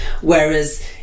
whereas